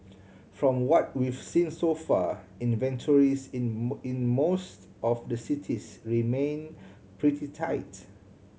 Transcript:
from what we've seen so far inventories in in most of the cities remain pretty tight